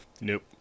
Nope